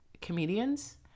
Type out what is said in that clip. comedians